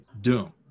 doom